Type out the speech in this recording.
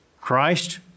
Christ